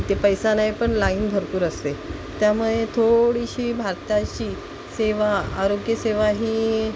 ते पैसा नाही पण लाईन भरपूर असते त्यामुळे थोडीशी भारताची सेवा आरोग्यसेवा ही